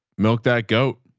milk that goat.